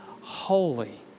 holy